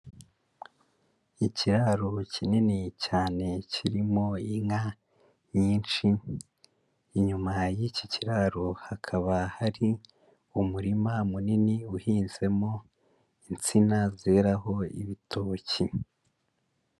Ikiraro kinini cyane, kirimo inka nyinshi, inyuma y'iki kiraro, hakaba hari umurima munini, uhinzemo insina zeraho ibitoki.